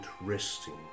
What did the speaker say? resting